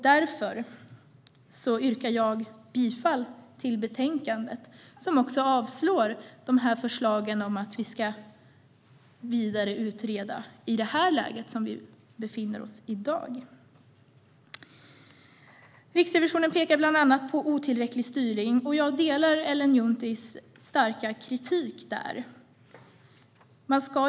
Därför yrkar jag bifall till förslaget i betänkandet, där förslagen om att vi ska vidareutreda i dagens läge avstyrks. Riksrevisionen pekar bland annat på otillräcklig styrning. Jag delar Ellen Junttis starka kritik när det gäller detta.